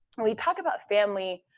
and we talk about family.